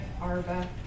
Arba